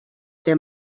der